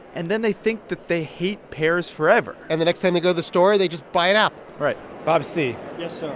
and then they think that they hate pears forever and the next time they go the store, they just buy an apple right bob c yes, so